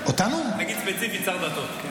נגיד ספציפית שר הדתות.